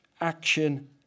action